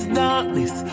darkness